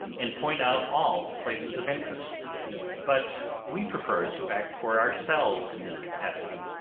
and point out all the places of interest but we preferred to act for ourselves in this capacity,